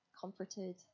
Comforted